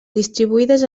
distribuïdes